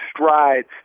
strides